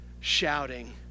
shouting